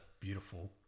beautiful